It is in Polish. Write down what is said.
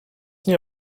nie